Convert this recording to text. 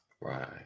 Right